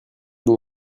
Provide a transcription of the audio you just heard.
dont